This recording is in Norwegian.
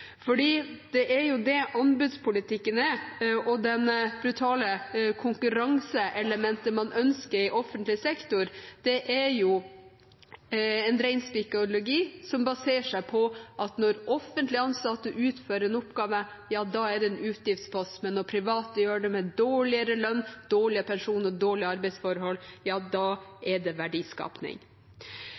Det er det anbudspolitikken er. Det brutale konkurranseelementet man ønsker i offentlig sektor, er jo en reinspikka ideologi som baserer seg på at når offentlig ansatte utfører en oppgave, er det en utgiftspost, mens når private gjør det, med dårligere lønn, dårligere pensjoner og dårligere arbeidsforhold, er det verdiskapning.